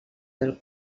del